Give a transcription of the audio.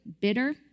Bitter